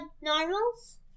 normals